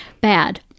bad